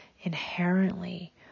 inherently